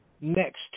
next